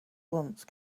once